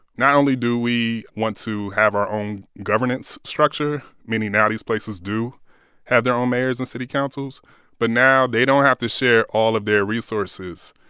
not only do we want to have our own governance structure many now of these places do have their own mayors and city councils but now they don't have to share all of their resources,